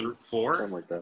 four